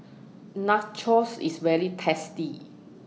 Nachos IS very tasty